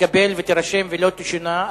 תתקבל ותירשם ולא תשונה,